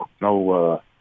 no